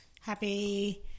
happy